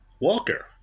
Walker